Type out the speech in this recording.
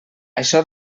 això